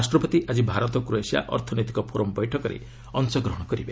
ରାଷ୍ଟ୍ରପତି ଆଜି ଭାରତ କ୍ରୋଏସିଆ ଅର୍ଥନୈତିକ ଫୋରମ୍ ବୈଠକରେ ଅଂଶଗ୍ରହଣ କରିବେ